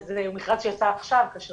הוא מכרז שיצא עכשיו כאשר